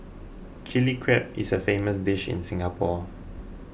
Chilli Crab is a famous dish in Singapore